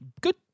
good